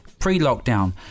pre-lockdown